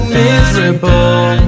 miserable